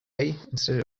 instead